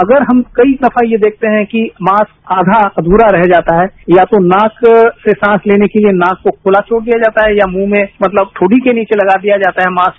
अगर हम कई दफा ये देखते है कि मास्क आधा अधूरा रह जाता है या तो मास्क से सांस लेने के लिए नाक को खुला छोड़ दिया जाता है या मुंह में मतलब ठोडी के नीचे लगा दिया जाता है मास्क